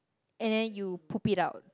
and then you poop it out